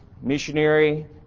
missionary